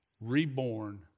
reborn